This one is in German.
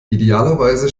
idealerweise